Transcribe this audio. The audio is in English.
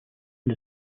and